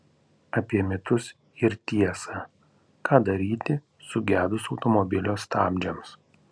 apie mitus ir tiesą ką daryti sugedus automobilio stabdžiams